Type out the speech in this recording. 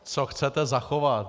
Co chcete zachovat?